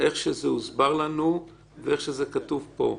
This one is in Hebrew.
איך שזה הוסבר לנו ואיך שזה כתוב פה,